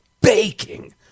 baking